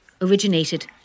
originated